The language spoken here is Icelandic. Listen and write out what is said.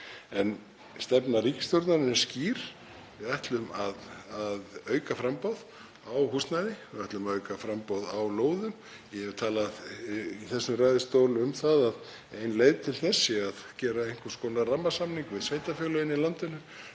Stefna ríkisstjórnarinnar er skýr. Við ætlum að auka framboð á húsnæði, við ætlum að auka framboð á lóðum. Ég hef talað í þessum ræðustól um að ein leið til þess sé að gera einhvers konar rammasamning við sveitarfélögin í landinu